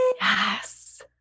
yes